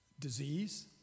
disease